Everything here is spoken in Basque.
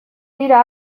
dira